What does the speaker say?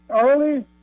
early